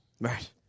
right